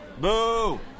Boo